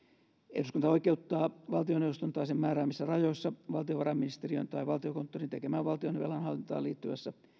eduskunta oikeuttaa valtioneuvoston tai sen määräämissä rajoissa valtiovarainministeriön tai valtiokonttorin tekemään valtion velanhallintaan liittyvässä